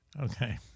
Okay